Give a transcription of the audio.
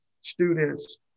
students